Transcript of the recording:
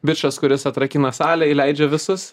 bičas kuris atrakina salę įleidžia visus